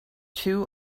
two